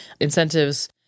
Incentives